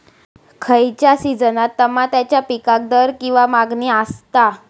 खयच्या सिजनात तमात्याच्या पीकाक दर किंवा मागणी आसता?